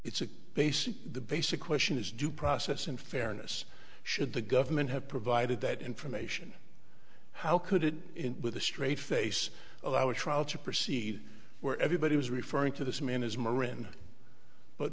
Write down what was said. it's a basic the basic question is due process and fairness should the government have provided that information how could it with a straight face allow a trial to proceed where everybody was referring to this man as marinda but